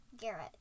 Garrett